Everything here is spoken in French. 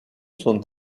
sont